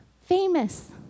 famous